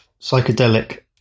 psychedelic